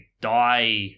die